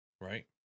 right